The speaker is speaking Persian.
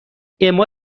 اِما